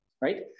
Right